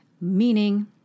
meaning